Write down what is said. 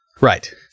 Right